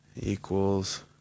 equals